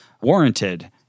warranted